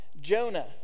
Jonah